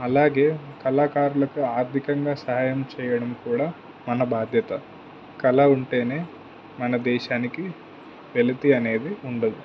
అలాగే కళాకారులకు ఆర్థికంగా సహాయం చెయ్యడం కూడా మన బాధ్యత కళ ఉంటేనే మన దేశానికి వెలితి అనేది ఉండదు